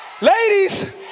ladies